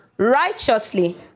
righteously